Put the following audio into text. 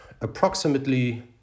approximately